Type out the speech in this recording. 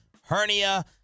hernia